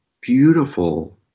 Beautiful